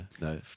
No